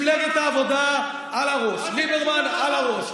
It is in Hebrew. מפלגת העבודה, על הראש, ליברמן, על הראש.